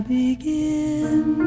begin